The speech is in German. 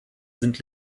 sind